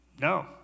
no